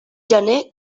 gener